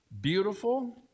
beautiful